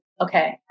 okay